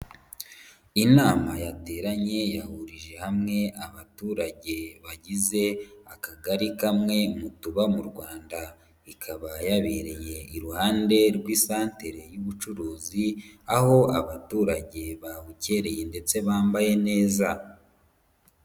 Inama yateranye yahurije hamwe abaturage bagize akagari kamwe mu tuba mu Rwanda, ikaba yabereye iruhande rw'isantere y'ubucuruzi aho abaturage babukereye ndetse bambaye neza.